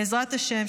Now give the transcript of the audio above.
בעזרת השם,